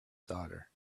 daughter